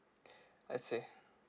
I see